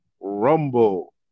Rumble